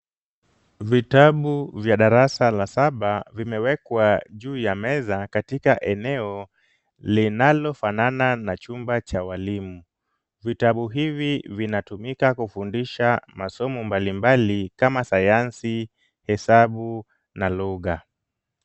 Vitabu vya darasa la saba vimewekwa juu ya meza katika eneo linalofanana na chumba cha walimu. Vitabu hivi vinatumika kufundisha masomo mbalimbali kama sayansi, hesabu na lugha.